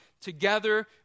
together